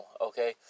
okay